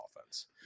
offense